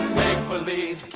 believe